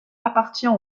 appartient